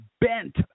bent